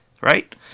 right